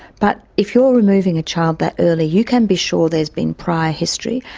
but if you are removing a child that early, you can be sure there's been prior history.